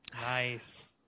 Nice